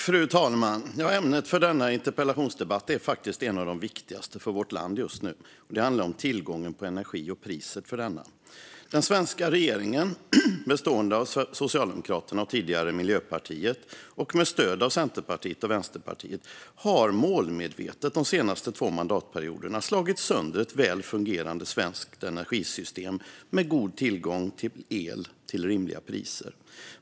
Fru talman! Ämnet för denna interpellationsdebatt är ett av de viktigaste för vårt land just nu: tillgången på energi och priset för denna. Den svenska regeringen, bestående av Socialdemokraterna och tidigare MP, med stöd av Centerpartiet och Vänsterpartiet, har målmedvetet under de senaste två mandatperioderna slagit sönder ett väl fungerande svenskt energisystem med god tillgång till el till rimliga priser.